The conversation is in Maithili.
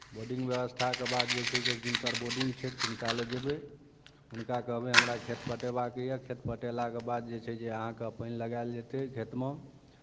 बोर्डिंग व्यवस्थाके बाद जे छै जे जिनकर बोर्डिंग छै तिनका लग जयबै हुनका कहबै हमरा खेत पटयबाक यए खेत पटयलाके बाद जे छै जे अहाँकेँ पानइ लगायल जेतै खेतमे